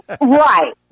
Right